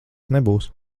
nebūs